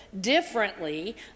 differently